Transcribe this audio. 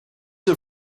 are